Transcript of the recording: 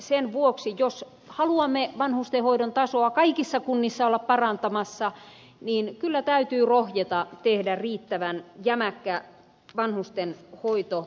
sen vuoksi jos haluamme vanhustenhoidon tasoa kaikissa kunnissa olla parantamassa niin kyllä täytyy rohjeta tehdä riittävän jämäkkä vanhustenhoitolaki